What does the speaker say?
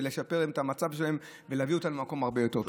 ולשפר את המצב שלהם ולהביא אותם למקום הרבה יותר טוב.